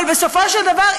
אבל בסופו של דבר,